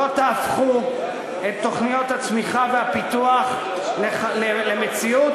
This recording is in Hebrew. לא תהפכו את תוכניות הצמיחה והפיתוח למציאות.